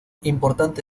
importante